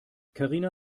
karina